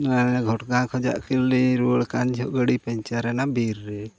ᱚᱱᱮ ᱜᱷᱚᱴᱠᱟ ᱠᱷᱚᱱᱟᱜ ᱞᱤᱧ ᱨᱩᱣᱟᱹᱲ ᱠᱟᱱ ᱡᱚᱦᱚᱜ ᱜᱟᱹᱰᱤ ᱯᱟᱢᱪᱟᱨ ᱮᱱᱟ ᱵᱤᱨ ᱨᱮ